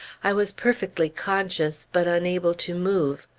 i was perfectly conscious, but unable to move.